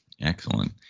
Excellent